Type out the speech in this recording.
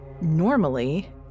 Normally